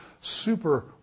super